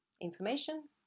information